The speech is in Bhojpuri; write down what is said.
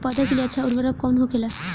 पौधा के लिए अच्छा उर्वरक कउन होखेला?